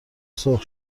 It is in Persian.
سرخ